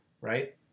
right